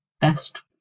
best